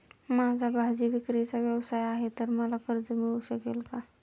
माझा भाजीविक्रीचा व्यवसाय आहे तर मला कर्ज मिळू शकेल का?